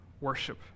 worship